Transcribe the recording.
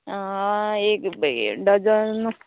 एक डजन